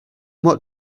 what